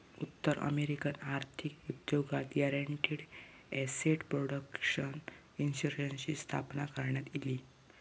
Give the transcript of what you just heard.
उत्तर अमेरिकन आर्थिक उद्योगात गॅरंटीड एसेट प्रोटेक्शन इन्शुरन्सची स्थापना करण्यात इली